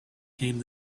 came